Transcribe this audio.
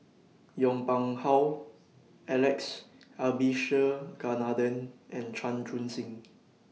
Yong Pung How Alex Abisheganaden and Chan Chun Sing